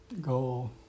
goal